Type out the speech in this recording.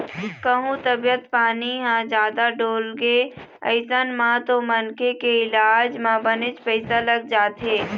कहूँ तबीयत पानी ह जादा डोलगे अइसन म तो मनखे के इलाज म बनेच पइसा लग जाथे